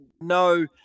no